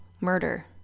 murder